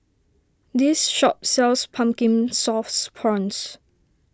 this shop sells Pumpkin Sauce Prawns